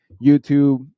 YouTube